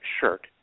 shirt